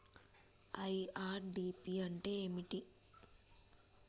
IRDP అంటే ఏమిటి?